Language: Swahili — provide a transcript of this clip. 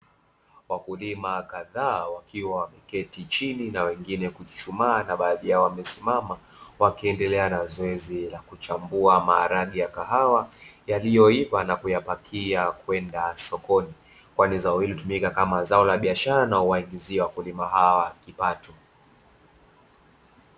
Wakulima kadhaa wakiwa wameketi chini na wengi kuchuchumaa na baadhi yao kusimama wakiendelea na zoezi la kuchambua maharage ya kahawa yaliyoiva na kuyapakia kwenda sokoni. Kwani zao hili hutumika kama zao la biashara na huwaingizia wakulima hawa kipato.